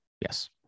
Yes